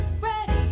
Ready